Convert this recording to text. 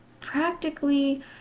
practically